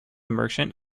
merchant